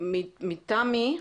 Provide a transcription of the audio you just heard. מטעם מי?